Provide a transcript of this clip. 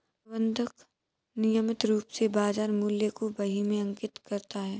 प्रबंधक नियमित रूप से बाज़ार मूल्य को बही में अंकित करता है